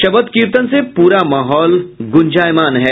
शबद कीर्तन से पूरा माहौल गुंजयमान है